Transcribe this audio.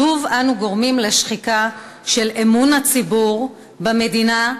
שוב אנו גורמים לשחיקה של אמון הציבור במדינה,